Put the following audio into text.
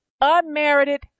unmerited